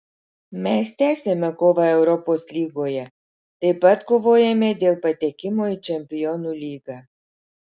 mes tęsiame kovą europos lygoje taip pat kovojame dėl patekimo į čempionų lygą